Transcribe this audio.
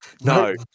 No